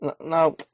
now